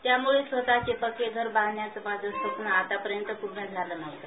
त्याम्ळे स्वतःचे पक्क घर बांधायचं माझं स्वप्न आत्तापर्यंत पूर्ण झालं नव्हतं